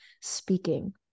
speaking